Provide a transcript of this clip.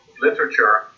literature